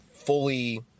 fully